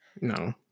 No